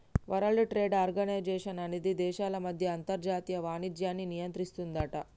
world Trade Organization అనేది దేశాల మధ్య అంతర్జాతీయ వాణిజ్యాన్ని నియంత్రిస్తుందట